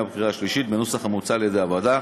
ושלישית בנוסח המוצע על-ידי הוועדה.